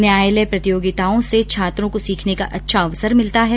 न्यायालय प्रतियोगिताओं से छात्रों को सीखने का अच्छा अवसर मिलता है